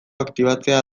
aktibatzea